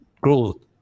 growth